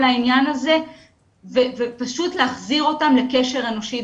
העניין הזה ופשוט להחזיר את בני הנוער לקשר אנושי.